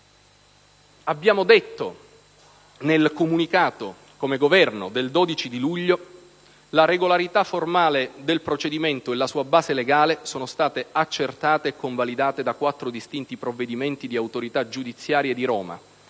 del Governo, nel comunicato del 12 luglio, la regolarità formale del procedimento e la sua base legale sono state accertate e convalidate da quattro distinti provvedimenti di autorità giudiziaria di Roma: